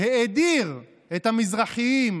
היה כאן אירוע,